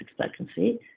expectancy